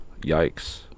Yikes